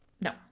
No